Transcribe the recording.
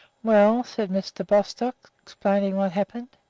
well, said mr. bostock, explaining what happened,